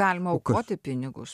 galima aukoti pinigus